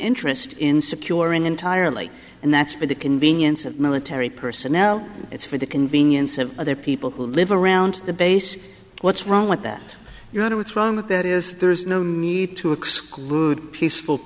interest in securing entirely and that's for the convenience of military personnel it's for the convenience of other people who live around the base what's wrong with that you know what's wrong with that is there's no need to exclude peaceful